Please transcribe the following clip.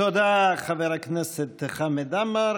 תודה, חבר הכנסת חמר עמאר.